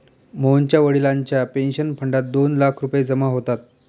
मोहनच्या वडिलांच्या पेन्शन फंडात दोन लाख रुपये जमा होतात